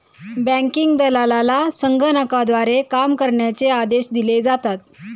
banking दलालाला संगणकाद्वारे काम करण्याचे आदेश दिले जातात